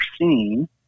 seen